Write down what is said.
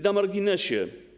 Na marginesie.